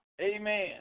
Amen